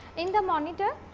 in the monitor